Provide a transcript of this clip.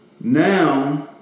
now